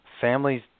families